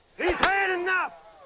he's had enough!